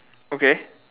okay